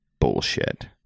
bullshit